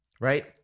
right